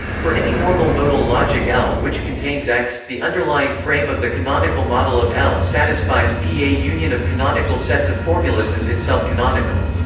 for any normal modal logic l which contains x, the underlying frame of the canonical model of l satisfies p a union of canonical sets of formulas is itself canonical.